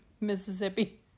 Mississippi